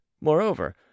Moreover